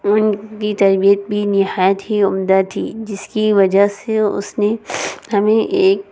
ان کی تربیت بھی نہایت ہی عمدہ تھی جس کہ وجہ سے اس نے ہمیں ایک